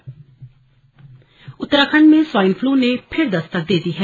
slug swine flu Uttarakhand में swine flu ने फिर दस्तक दे दी है